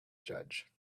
judge